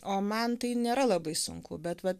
o man tai nėra labai sunku bet va